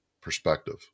perspective